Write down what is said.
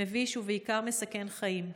מביש ובעיקר מסכן חיים.